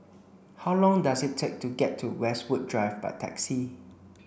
how long does it take to get to Westwood Drive by taxi